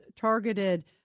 targeted